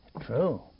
true